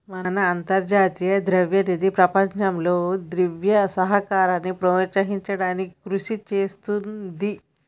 మన అంతర్జాతీయ ద్రవ్యనిధి ప్రపంచంలో దివ్య సహకారాన్ని ప్రోత్సహించడానికి కృషి చేస్తుంది